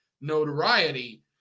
notoriety